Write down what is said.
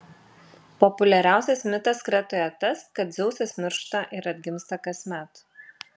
populiariausias mitas kretoje tas kad dzeusas miršta ir atgimsta kasmet